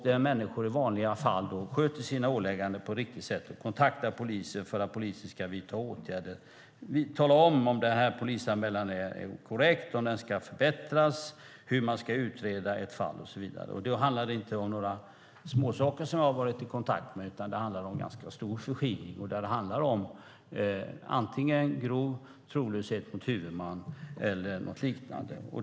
När människor sköter sina ålägganden på ett riktigt sätt och kontaktar polisen för att polisen ska vidta åtgärder måste polisen tala om i fall polisanmälan är korrekt, om den ska förbättras, hur fallet ska utredas och så vidare. Det handlar alltså inte om några småsaker som jag har varit i kontakt med, utan det handlar om ganska stor förskingring - grov trolöshet mot huvudman eller något liknande.